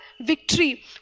victory